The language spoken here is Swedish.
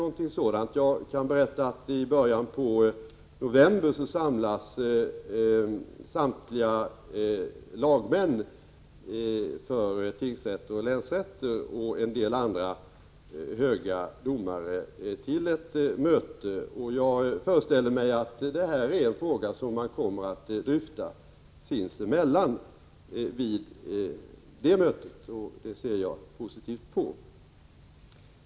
Jag kan berätta att samtliga lagmän för tingsrätter och länsrätter samt en del andra höga domare skall samlas till ett möte i början av november. Jag föreställer mig att detta är en fråga som man kommer att dryfta sinsemellan vid det mötet, och det ser jag positivt på.